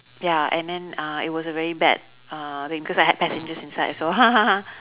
ya and then uh it was a very bad uh thing because I had passengers inside also